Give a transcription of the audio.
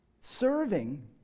serving